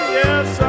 yes